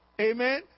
Amen